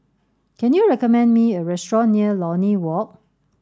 can you recommend me a restaurant near Lornie Walk